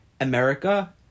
america